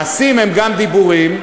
מעשים הם גם דיבורים,